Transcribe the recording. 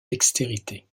dextérité